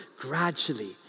gradually